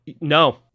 No